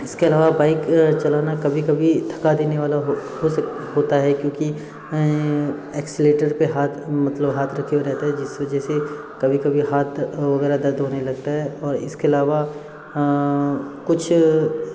इसके अलावा बाइक चलाना कभी कभी थका देने वाला होता है क्योंकि एक्सीलेटर पर हाथ मतलब हाथ रख रहता है जिससे जैसे कभी कभी हाथ वग़ैरह दर्द होने लगता है और इसके अलावा कुछ